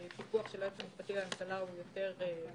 הפיקוח של היועץ המשפטי לממשלה הוא יותר קרוב.